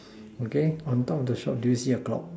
okay on top of the shop do you see a clock